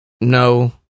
No